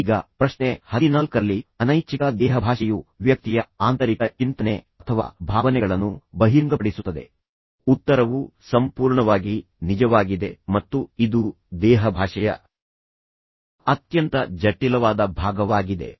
ಈಗ ಪ್ರಶ್ನೆ ಹದಿನಾಲ್ಕರಲ್ಲಿ ಅನೈಚ್ಛಿಕ ದೇಹಭಾಷೆಯು ವ್ಯಕ್ತಿಯ ಆಂತರಿಕ ಚಿಂತನೆ ಅಥವಾ ಭಾವನೆಗಳನ್ನು ಬಹಿರಂಗಪಡಿಸುತ್ತದೆ ಉತ್ತರವು ಸಂಪೂರ್ಣವಾಗಿ ನಿಜವಾಗಿದೆ ಮತ್ತು ಇದು ದೇಹಭಾಷೆಯ ಅತ್ಯಂತ ಜಟಿಲವಾದ ಭಾಗವಾಗಿದೆ